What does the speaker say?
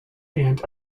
and